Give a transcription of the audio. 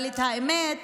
אבל האמת,